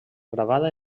gravada